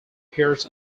appears